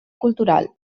cultural